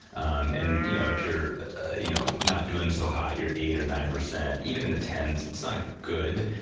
um and you know if you're you know not doing so hot, you're eight percent or nine percent, even in the tens, it's not good,